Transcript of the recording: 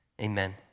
Amen